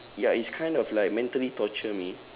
ya it's kind of like mentally torture me